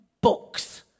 books